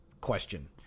question